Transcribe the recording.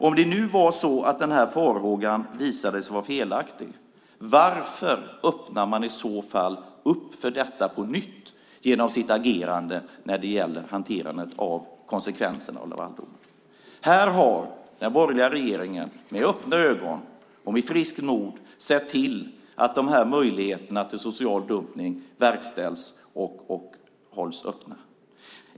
Om denna farhåga visade sig vara felaktig, varför öppnar man i så fall för detta på nytt genom sitt agerande när det gäller hanterandet av konsekvenserna av Lavaldomen? Här har den borgerliga regeringen med öppna ögon och med friskt mod sett till att dessa möjligheter till social dumpning verkställs och hålls öppna.